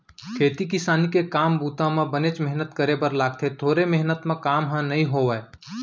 खेती किसानी के काम बूता म बनेच मेहनत करे बर लागथे थोरे मेहनत म काम ह नइ होवय